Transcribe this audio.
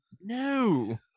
No